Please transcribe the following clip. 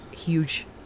huge